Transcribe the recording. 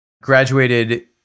graduated